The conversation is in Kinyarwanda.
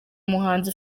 muhanzi